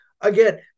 again